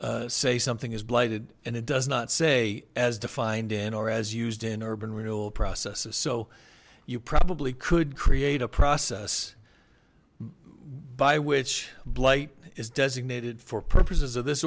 say something is blighted and it does not say as defined in or as used in urban renewal processes so you probably could create a process by which blight is designated for purposes of this